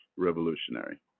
Revolutionary